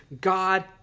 God